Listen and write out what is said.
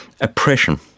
oppression